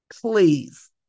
Please